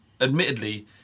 admittedly